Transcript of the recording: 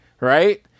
right